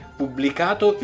pubblicato